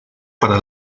para